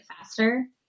faster